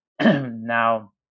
Now